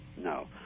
no